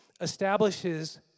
establishes